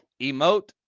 emote